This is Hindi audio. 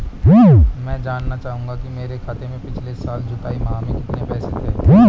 मैं जानना चाहूंगा कि मेरे खाते में पिछले साल जुलाई माह में कितने पैसे थे?